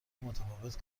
متفاوت